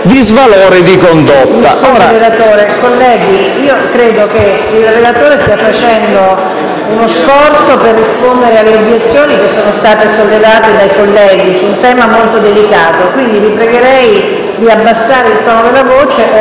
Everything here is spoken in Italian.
relatore. Colleghi, credo che il relatore stia facendo uno sforzo per rispondere alle obiezioni che sono state sollevate su un tema molto delicato; quindi, vi pregherei di abbassare il tono della voce